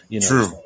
True